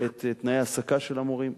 את תנאי ההעסקה של המורים,